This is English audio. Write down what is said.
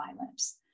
violence